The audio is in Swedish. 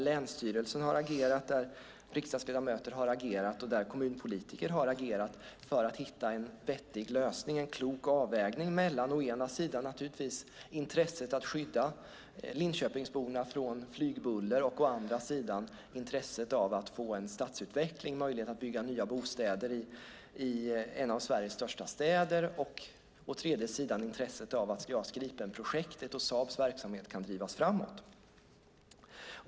Länsstyrelsen, riksdagsledamöter och kommunpolitiker har agerat för att hitta en vettig lösning och en klok avvägning mellan å ena sidan intresset att skydda Linköpingsborna från flygbuller, å andra sidan intresset av att få en stadsutveckling och möjlighet att bygga nya bostäder i en av Sveriges största städer och å tredje sidan intresset av att JAS Gripen-projektet och Saabs verksamhet kan drivas framåt.